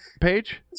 page